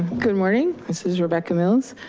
good morning. this is rebecca mills,